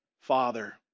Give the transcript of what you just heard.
father